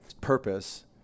purpose